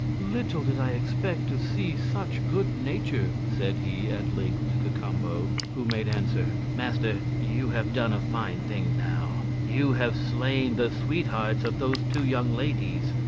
little did i expect to see such good-nature, said he at length to cacambo who made answer master, you have done a fine thing now you have slain the sweethearts of those two young ladies.